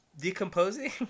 decomposing